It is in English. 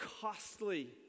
costly